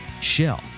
Shell